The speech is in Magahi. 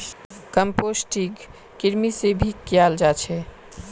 कम्पोस्टिंग कृमि से भी कियाल जा छे